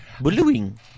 Bullying